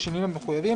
בשינויים המחויבים,